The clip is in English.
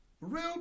real